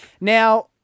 Now-